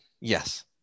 Yes